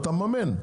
אתה מממן.